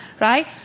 right